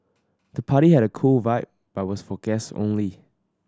the party had cool vibe but was for guest only